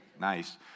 Nice